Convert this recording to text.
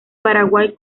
paraguay